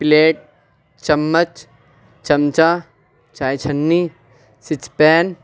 plate چمچ چمچہ چائے چھنی